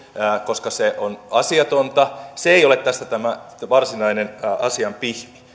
koska se on asiatonta se ei ole tässä tämä varsinainen asian pihvi